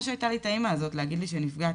שהייתה לי את האמא הזאת להגיד לי שנפגעתי.